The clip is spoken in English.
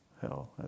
hell